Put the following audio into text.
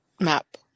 map